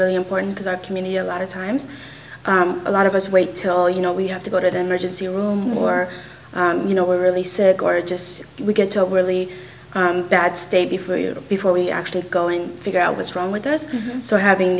very important because our community a lot of times a lot of us wait til you know we have to go to the emergency room or you know we really sir gorgeous we get to it really bad stay before you before we actually go and figure out what's wrong with us so having